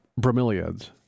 bromeliads